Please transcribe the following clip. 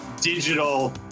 digital